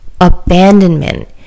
abandonment